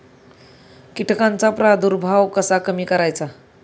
कीटकांचा प्रादुर्भाव कसा कमी करायचा?